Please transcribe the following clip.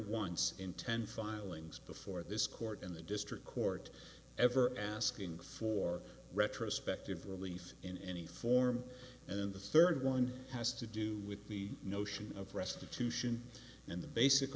once in ten filings before this court and the district court ever asking for retrospective relief in any form and in the third one has to do with the notion of restitution and the basic